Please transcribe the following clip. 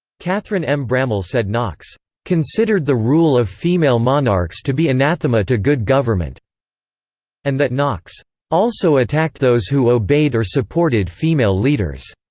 kathryn m. brammall said knox considered the rule of female monarchs to be anathema to good government and that knox also attacked those who obeyed or supported female leaders,